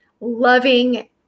loving